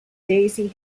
daisy